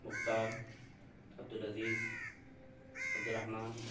Mukhtar Abdul Aziz Abdul Rahman